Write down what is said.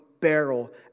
barrel